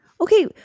Okay